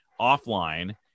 offline